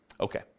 Okay